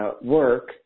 work